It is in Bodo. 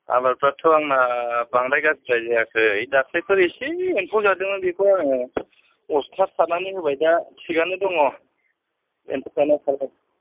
आबादफ्राथ' आंना बांद्राय गाज्रिदाय जायाखै दाख्लैफोर एसे एम्फौ जादोंमोन बेखौ आङो अस्थार सारनानै होबाय दा थिगआनो दङ एम्फौफ्रानो